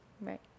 Right